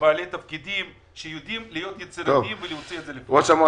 בעלי תפקידים שיודעים להיות יצירתיים ולהוציא את זה לפועל.